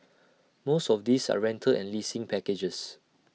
most of these are rental and leasing packages